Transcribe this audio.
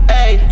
Hey